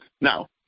Now